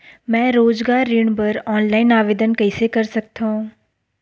मैं रोजगार ऋण बर ऑनलाइन आवेदन कइसे कर सकथव?